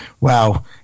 wow